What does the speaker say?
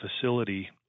facility